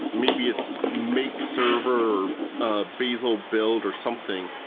maybe it's makes server or a bazel build or something,